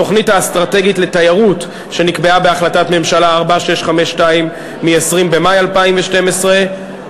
התוכנית האסטרטגית לתיירות שנקבעה בהחלטת הממשלה 4652 מ-20 במאי 2012,